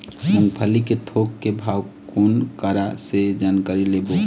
मूंगफली के थोक के भाव कोन करा से जानकारी लेबो?